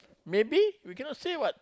maybe we cannot say what